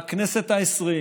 והכנסת העשרים